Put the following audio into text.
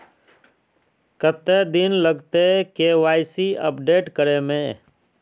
कते दिन लगते के.वाई.सी अपडेट करे में?